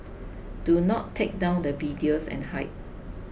do not take down the videos and hide